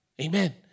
Amen